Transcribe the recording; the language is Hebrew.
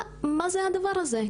מה זה הדבר הזה?